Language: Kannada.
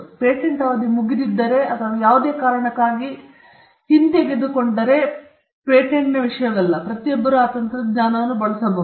ಪೇಟೆಂಟ್ ಅವಧಿ ಮುಗಿದಿದ್ದರೆ ಅಥವಾ ಯಾವುದೇ ಕಾರಣಕ್ಕಾಗಿ ಹಿಂತೆಗೆದುಕೊಂಡರೆ ಪೇಟೆಂಟ್ನ ವಿಷಯವಲ್ಲ ಪ್ರತಿಯೊಬ್ಬರೂ ಆ ತಂತ್ರಜ್ಞಾನವನ್ನು ಬಳಸಬಹುದು